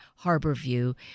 Harborview